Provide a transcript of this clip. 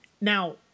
Now